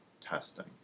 testing